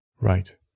Right